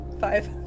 Five